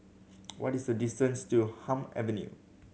what is the distance to Hume Avenue